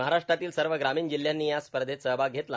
महाराष्ट्रातील सर्व ग्रामीण जिल्ह्यांनी या स्पर्धेत सहभाग घेतला